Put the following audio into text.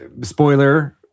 spoiler